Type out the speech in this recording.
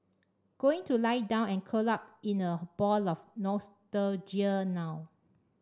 going to lie down and curl up in a ball of nostalgia now